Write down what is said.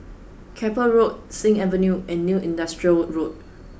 Keppel Road Sing Avenue and New Industrial Road